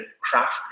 craft